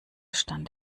stand